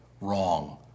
wrong